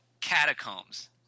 Catacombs